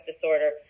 disorder